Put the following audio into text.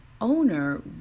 owner